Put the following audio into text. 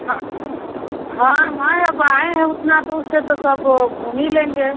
हाँ हाँ हाँ अब आएँ हैं उतना दूर से तो सब घूम ही लेंगे